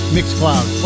Mixcloud